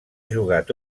jugat